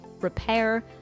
repair